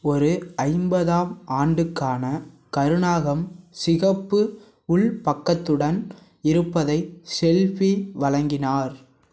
ஒரு ஐம்பதாம் ஆண்டுக்கான கருநாகம் சிகப்பு உள் பக்கத்துடன் இருப்பதை ஷெல்ஃபி வழங்கினார்